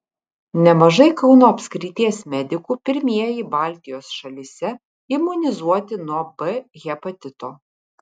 nemažai kauno apskrities medikų pirmieji baltijos šalyse imunizuoti nuo b hepatito